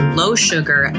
low-sugar